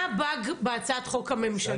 --- מה הבאג בהצעת החוק הממשלתית?